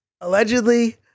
Allegedly